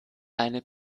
eine